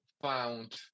found